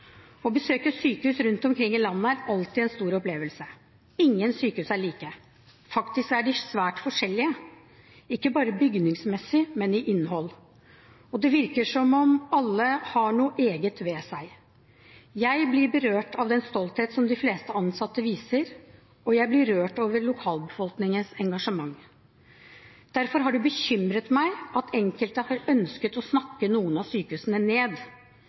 Å besøke sykehus rundt omkring i landet er alltid en stor opplevelse. Ingen sykehus er like. Faktisk er de svært forskjellige, ikke bare bygningsmessig, men i innhold, og det virker som om alle har noe eget ved seg. Jeg blir berørt av den stolthet som de fleste ansatte viser, og jeg blir rørt over lokalbefolkningens engasjement. Derfor har det bekymret meg at enkelte har ønsket å snakke noen av sykehusene ned.